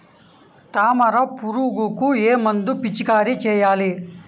తామర పురుగుకు ఏ మందు పిచికారీ చేయాలి?